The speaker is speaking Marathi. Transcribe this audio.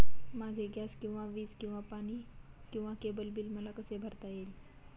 माझे गॅस किंवा वीज किंवा पाणी किंवा केबल बिल मला कसे भरता येईल?